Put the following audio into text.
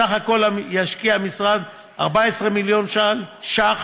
סך הכול ישקיע המשרד 14 מיליון ש"ח